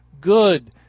good